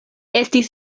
estis